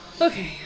okay